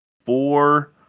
Four